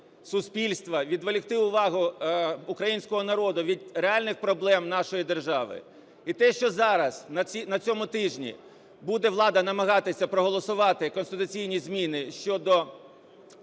суспільства, відволікти увагу українського народу від реальних проблем нашої держави. І те, що зараз на цьому тижні буде намагатися влада проголосувати конституційні зміни щодо